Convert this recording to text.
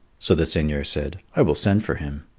so the seigneur said, i will send for him.